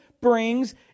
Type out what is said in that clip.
brings